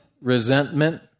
resentment